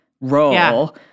role